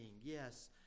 yes